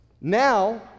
now